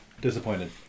Disappointed